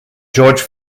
george